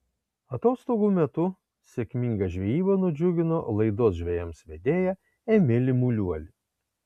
atostogų metu sėkminga žvejyba nudžiugino laidos žvejams vedėją emilį muliuolį